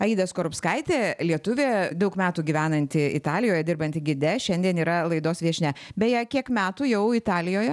aida skorupskaitė lietuvė daug metų gyvenanti italijoje dirbanti gide šiandien yra laidos viešnia beje kiek metų jau italijoje